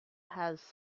has